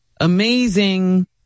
amazing